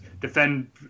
defend